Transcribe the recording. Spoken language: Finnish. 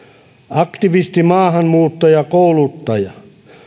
aktivistimaahanmuuttajakouluttaja